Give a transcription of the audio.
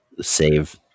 save